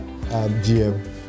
GM